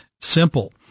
simple